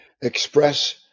express